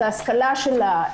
את ההשכלה שלה,